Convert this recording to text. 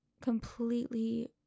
completely